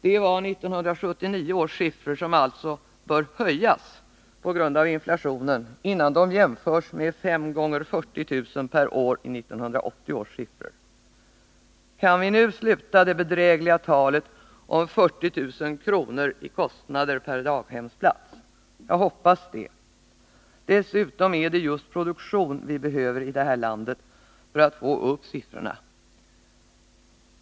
Det var 1979 års siffror, som alltså på grund av inflationen bör höjas innan de jämförs med 5 x 40 000 kr./år i 1980 års siffror. Kan vi nu sluta med det bedrägliga talet om 40 000 kr. i kostnader per daghemsplats? Jag hoppas det. Dessutom är det just produktion vi behöver i det här landet för att få upp siffrorna.